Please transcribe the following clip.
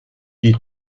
die